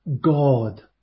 God